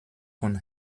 von